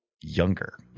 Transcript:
younger